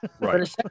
Right